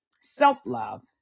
self-love